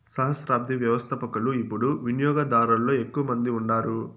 సహస్రాబ్ది వ్యవస్థపకులు యిపుడు వినియోగదారులలో ఎక్కువ మంది ఉండారు